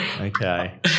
Okay